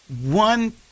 one